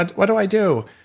but what do i do?